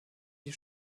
die